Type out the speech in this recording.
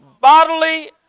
bodily